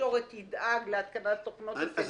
התקשורת ידאג להתקנת תוכנות הסינון?